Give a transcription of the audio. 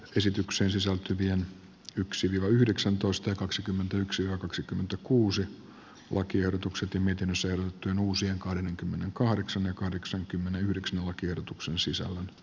esitykseen sisältyvien yksi kello yhdeksäntoista kaksikymmentäyksi akaksikymmentäkuusi lakiehdotukset ja miten se on uusien kahdenkymmenenkahdeksan ja kahdeksankymmentäyhdeksän lakiehdotuksen sisällön